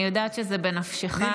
אני יודעת שזה בנפשך.